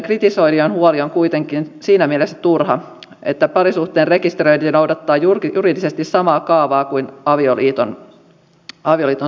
ilmoitusmenettelyn kritisoijien huoli on kuitenkin siinä mielessä turha että parisuhteen rekisteröinti noudattaa juridisesti samaa kaavaa kuin avioliiton solmiminen